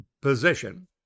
position